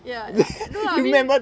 ya no I mean